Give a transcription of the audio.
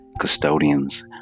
custodians